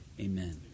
Amen